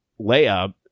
layup